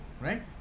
right